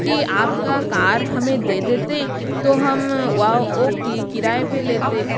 कि आपका कार हमें दे देते तो हम कि किराए पे लेते